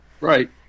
Right